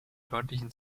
deutlichen